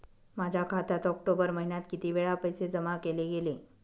माझ्या खात्यात ऑक्टोबर महिन्यात किती वेळा पैसे जमा केले गेले?